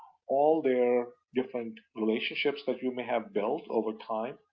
all their different relationships that you may have built over time,